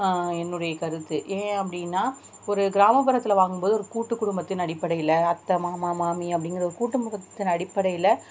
என்னுடைய கருத்து ஏன் அப்படின்னா ஒரு கிராமப்புறத்தில் வாங்கும் போது ஒரு கூட்டு குடும்பத்தின் அடிப்படையில் அத்த மாமா மாமி அப்படிங்கிற கூட்டு முகத்தின் அடிப்படையில்